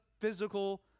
physical